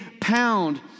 pound